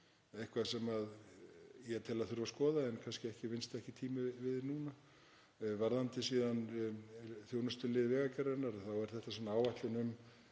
eitthvað sem ég tel að þurfi að skoða en kannski vinnst ekki tími til þess núna. Varðandi síðan þjónustulið Vegagerðarinnar er þetta svona áætlun um